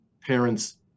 parents